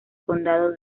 condado